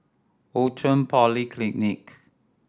Outram Polyclinic